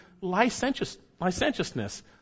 licentiousness